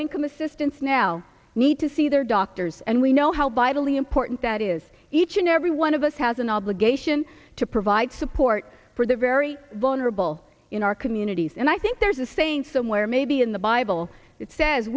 income assistance now need to see their doctors and we know how bible the important that is each and every one of us has an obligation to provide support for the very vulnerable in our communities and i think there's a saying somewhere maybe in the bible that says